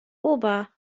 ober